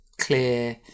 clear